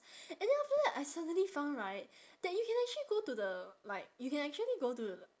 and then after that I suddenly found right that you can actually go to the like you can actually go to